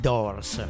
Doors